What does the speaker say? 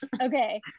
Okay